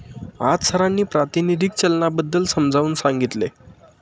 आज सरांनी प्रातिनिधिक चलनाबद्दल समजावून सांगितले